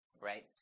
right